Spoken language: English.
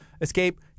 Escape